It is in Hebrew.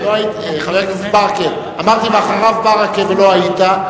חבר הכנסת ברכה, אמרתי, ואחריו, ברכה, ולא היית.